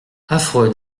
affreux